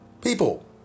people